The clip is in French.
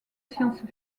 science